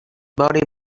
باری